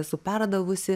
esu perdavusi